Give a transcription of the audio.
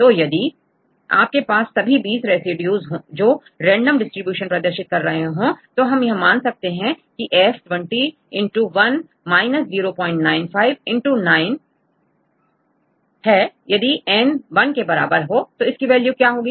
तो यदि आपके पास सभी 20 रेसिड्यूज जो रेंडम डिस्ट्रीब्यूशन प्रदर्शित कर रहे हो तो हम यह मान सकते हैं F 20 X 1 0 95 X N यदिN 1 के बराबर हो तो क्या वैल्यू होगी